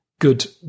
good